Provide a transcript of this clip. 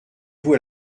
vous